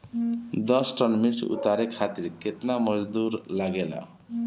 दस टन मिर्च उतारे खातीर केतना मजदुर लागेला?